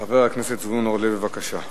חבר הכנסת זבולון אורלב, בבקשה.